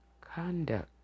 conduct